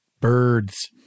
birds